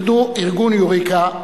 ארגון "יוריקה",